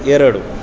ಎರಡು